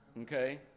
okay